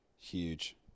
Huge